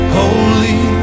holy